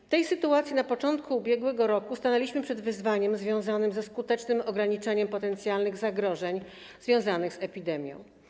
W tej sytuacji na początku ub.r. stanęliśmy przed wyzwaniem związanym ze skutecznym ograniczeniem potencjalnych zagrożeń związanych z epidemią.